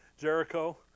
Jericho